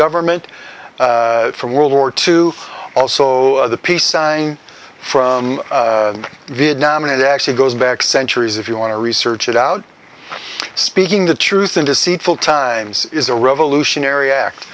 government from world war two also the peace sign from vietnam and it actually goes back centuries if you want to research it out speaking the truth in deceitful times is a revolutionary act